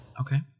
okay